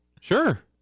Sure